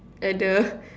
at the